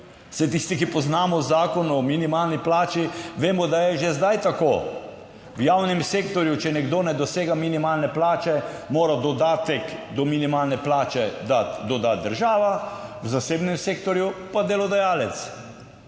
saj tisti, ki poznamo Zakon o minimalni plači, vemo, da je že zdaj tako. V javnem sektorju, če nekdo ne dosega minimalne plače, mora dodatek do minimalne plače dati dodati država, v zasebnem sektorju pa delodajalec.